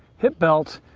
hip belt,